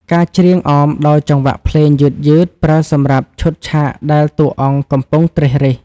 ការច្រៀងអមដោយចង្វាក់ភ្លេងយឺតៗ ប្រើសម្រាប់ឈុតឆាកដែលតួអង្គកំពុងត្រិះរិះ។